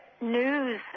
news